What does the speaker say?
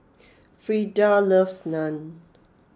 Frida loves Naan